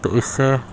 تواس سے